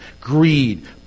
Greed